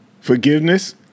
Forgiveness